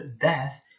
death